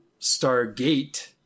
Stargate